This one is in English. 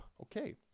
okay